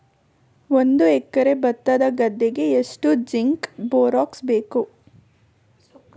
ಒಂದು ಎಕರೆ ಭತ್ತದ ಗದ್ದೆಗೆ ಎಷ್ಟು ಜಿಂಕ್ ಬೋರೆಕ್ಸ್ ಬೇಕು?